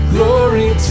Glory